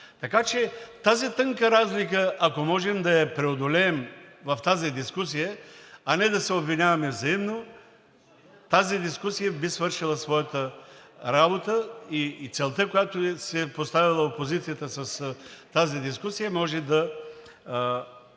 Така че тази тънка разлика, ако може да я преодолеем в тази дискусия, а не да се обвиняваме взаимно, тази дискусия би свършила своята работа и целта, която си е поставила опозицията с тази дискусия, може да придобие